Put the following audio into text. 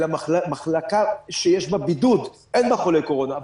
אלא מחלקה שיש בה בידוד אין בה חולי קורונה,